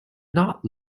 not